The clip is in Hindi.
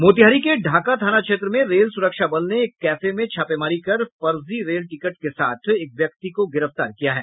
मोतिहारी के ढाका थाना क्षेत्र में रेल सुरक्षा बल ने एक कैफे में छापामारी कर फर्जी रेल टिकट के साथ एक व्यक्ति को गिरफ्तार किया है